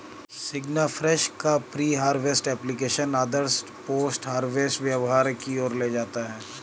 सिग्नाफ्रेश का pre harvest application आदर्श post harvest व्यवहार की ओर ले जाता है